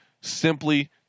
Simply